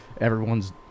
Everyone's